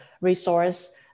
resource